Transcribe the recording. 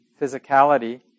physicality